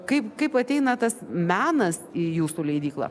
kaip kaip ateina tas menas į jūsų leidyklą